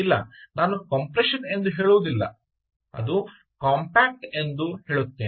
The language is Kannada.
ಇಲ್ಲ ನಾನು ಕಂಪ್ರೆಷನ್ ಎಂದು ಹೇಳುವುದಿಲ್ಲ ಅದು ಕಾಂಪ್ಯಾಕ್ಟ್ ಎಂದು ಹೇಳುತ್ತೇನೆ